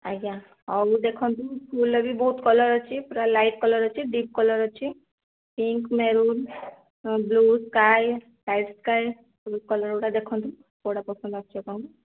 ଆଜ୍ଞା ହଉ ଦେଖନ୍ତୁ ଫୁଲ୍ର ବି ବହୁତ୍ କଲର୍ ଅଛି ପୁରା ଲାଇଟ୍ କଲର୍ ଅଛି ଡିପ୍ କଲର୍ ଅଛି pink maroon blue sky light sky ଏ କଲର୍ଗୁଡ଼ା ଦେଖନ୍ତୁ କେଉଁଟା ପସନ୍ଦ ଆସୁଛି ଆପଣଙ୍କୁ